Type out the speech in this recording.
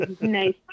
Nice